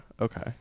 okay